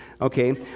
Okay